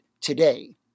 today